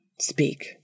speak